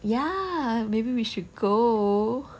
ya maybe we should go